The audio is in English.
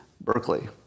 Berkeley